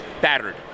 battered